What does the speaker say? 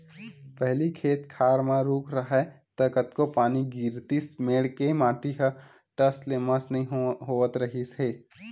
पहिली खेत खार म रूख राहय त कतको पानी गिरतिस मेड़ के माटी ह टस ले मस नइ होवत रिहिस हे